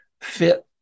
fit